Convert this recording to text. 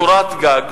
קורת גג,